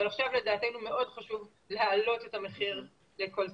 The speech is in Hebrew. אבל עכשיו לדעתנו מאוד חשוב להעלות את המחיר של כל שקית.